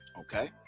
Okay